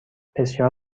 بسیار